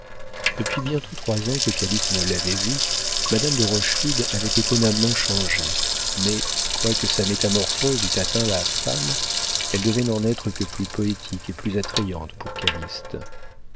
depuis bientôt trois ans que calyste ne l'avait vue madame de rochefide avait étonnamment changé mais quoique sa métamorphose eût atteint la femme elle devait n'en être que plus poétique et plus attrayante pour